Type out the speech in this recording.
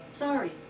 sorry